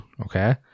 okay